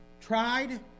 tried